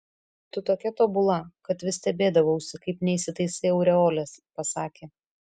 tu tokia tobula kad vis stebėdavausi kaip neįsitaisai aureolės pasakė